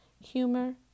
humor